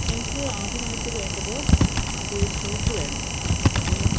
ഞങ്ങള്ക്ക് ആദ്യമായിട്ട് വേണ്ടത് ആദ്യം ഒരു സൂപ്പ് വേണം അത്